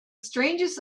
strangest